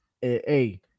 hey